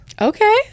Okay